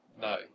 no